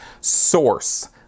source